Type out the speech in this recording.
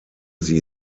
sie